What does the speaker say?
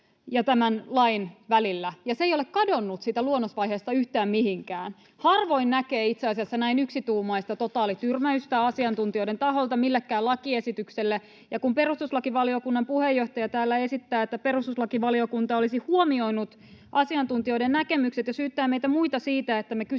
ja tämän lain välillä, ja se ei ole kadonnut siitä luonnosvaiheesta yhtään mihinkään. Harvoin näkee itse asiassa näin yksituumaista totaalityrmäystä asiantuntijoiden taholta millekään lakiesitykselle, ja kun perustuslakivaliokunnan puheenjohtaja täällä esittää, että perustuslakivaliokunta olisi huomioinut asiantuntijoiden näkemykset, ja syyttää meitä muita siitä,